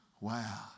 wow